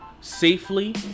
safely